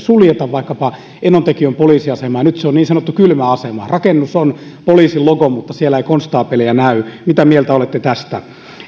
ei suljeta vaikkapa enontekiön poliisiasemaa ja nyt se on niin sanottu kylmäasema rakennuksessa on poliisin logo mutta siellä ei konstaapeleja näy mitä mieltä olette tästä